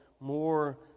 more